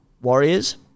Warriors